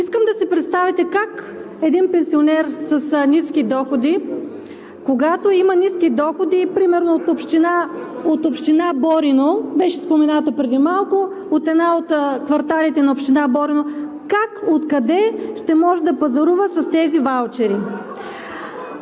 Искам да си представите как един пенсионер с ниски доходи примерно от община Борино – беше спомената преди малко, един от кварталите на община Борово, как, откъде ще може да пазарува с тези ваучери?